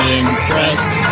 impressed